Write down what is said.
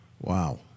Wow